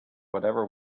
whatever